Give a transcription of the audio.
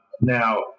Now